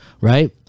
Right